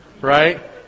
right